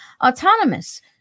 autonomous